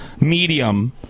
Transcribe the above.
medium